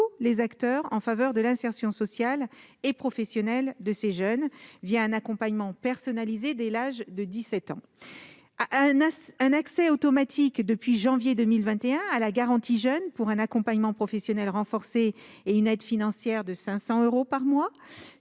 les acteurs en faveur de l'insertion sociale et professionnelle de ces jeunes, un accompagnement personnalisé dès l'âge de 17 ans ; accès automatique, depuis janvier 2021, à la garantie jeunes pour un accompagnement professionnel renforcé et à une aide financière de 500 euros par mois-